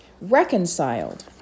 Reconciled